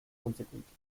consecuencias